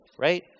right